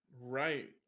Right